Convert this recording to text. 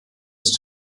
ist